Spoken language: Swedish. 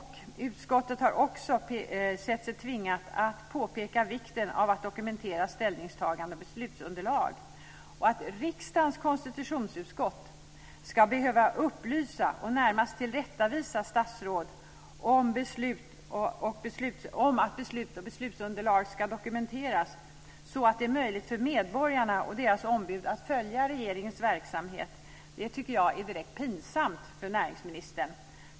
Utskottet har också ansett sig tvingat att påpeka vikten av att dokumentera ställningstagande och beslutsunderlag. Att riksdagens konstitutionsutskott ska behöva upplysa och närmast tillrättavisa statsråd om att beslut och beslutsunderlag ska dokumenteras så att det är möjligt för medborgarna och deras ombud att följa regeringens verksamhet är direkt pinsamt för näringsministern.